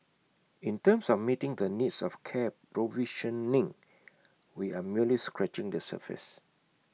in terms of meeting the needs of care provisioning we are merely scratching the surface